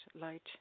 light